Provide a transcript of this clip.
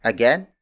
Again